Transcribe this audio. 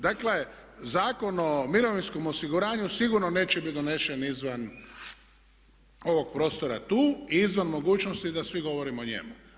Dakle, Zakon o mirovinskom osiguranju sigurno neće biti donesen izvan ovog prostora tu i izvan mogućnosti da svi govorimo o njemu.